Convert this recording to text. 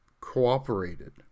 cooperated